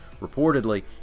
Reportedly